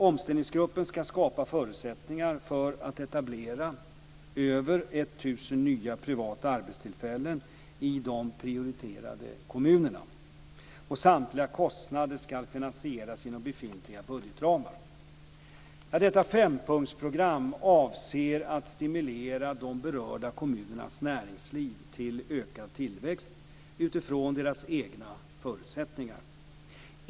Omställningsgruppen ska skapa förutsättningar för att etablera över 1 000 nya privata arbetstillfällen i de prioriterade kommunerna. Samtliga kostnader ska finansieras inom befintliga budgetramar. Detta fempunktsprogram avser att stimulera de berörda kommunernas näringsliv till ökad tillväxt utifrån deras egna förutsättningar.